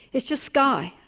it's just sky.